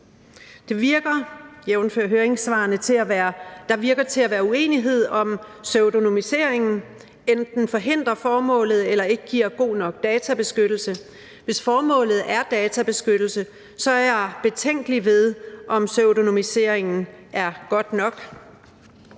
Der virker, jævnfør høringssvarene, til at være uenighed, i forhold til om pseudonymiseringen enten forhindrer formålet eller ikke giver god nok databeskyttelse. Hvis formålet er databeskyttelse, er jeg betænkelig ved, om pseudonymiseringen er god nok.